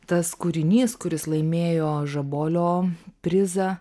tas kūrinys kuris laimėjo žabolio prizą